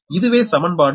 இதுவே சமன்பபாடு 41